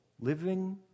living